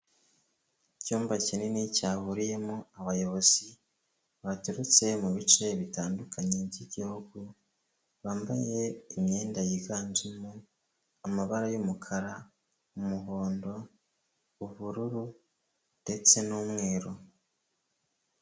Icyumba kinini cyahuriyemo abayobozi, baturutse mu bice bitandukanye by'igihugu, bambaye imyenda yiganjemo amabara y'umukara, umuhondo, ubururu ndetse n'umweru.